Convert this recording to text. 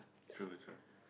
true true